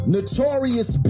Notorious